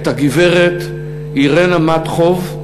את הגברת אירנה מתתוב,